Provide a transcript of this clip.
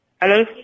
Hello